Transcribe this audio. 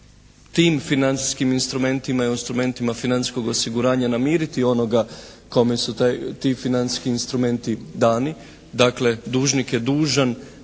tim financijskim instrumentima i instrumentima financijskog osiguranja namiriti onoga kome su ti financijski instrumenti dani. Dakle, dužnik je dužan